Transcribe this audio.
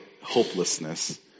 hopelessness